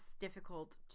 difficult